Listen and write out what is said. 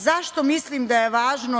Zašto mislim da je važno?